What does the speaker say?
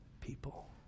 people